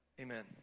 Amen